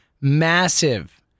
massive